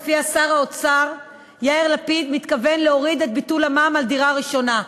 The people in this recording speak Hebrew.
ולפיה שר האוצר יאיר לפיד מתכוון להוריד את ביטול המע"מ על דירה ראשונה.